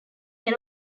can